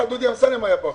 הוא היה בדובאי.